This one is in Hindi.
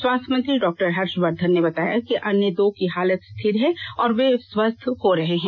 स्वास्थ्य मंत्री डॉ हर्षवर्धन ने बताया कि अन्य दो की हालत स्थिर हैं और वे स्वस्थ हो रहे हैं